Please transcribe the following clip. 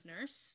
Nurse